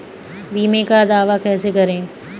बीमे का दावा कैसे करें?